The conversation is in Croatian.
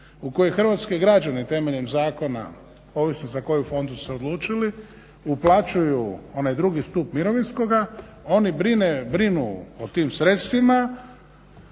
u koji hrvatski građani temeljem zakona, ovisno za koji fond su se odlučili, uplaćuju onaj drugi stup mirovinskoga, oni brinu o tim sredstvima,